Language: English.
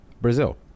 brazil